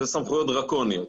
וזה סמכויות דרקוניות.